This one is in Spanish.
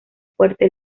fuerte